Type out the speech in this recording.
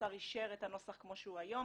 השר אישר את הנוסח כמו שהוא היום,